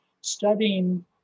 studying